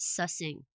Sussing